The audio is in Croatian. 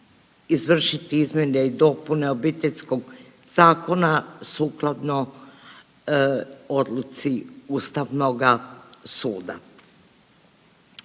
izvršiti izmjene i dopune Obiteljskog zakona sukladno odluci Ustavnoga suda.